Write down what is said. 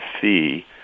fee